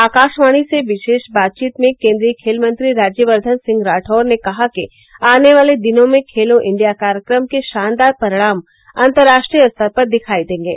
आकाशवाणी से विशेष बातचीत में केन्द्रीय खेलमंत्री राज्यवर्धन सिंह राठौर ने कहा कि आने वाले दिनों में खेलो इंडिया कार्यक्रम के शानदार परिणाम अंतर्राष्ट्रीय स्तर पर दिखाई देंगे